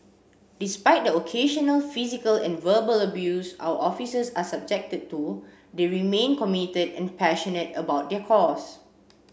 despite the occasional physical and verbal abuse our officers are subjected to they remain committed and passionate about their cause